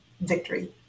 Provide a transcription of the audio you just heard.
victory